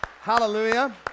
Hallelujah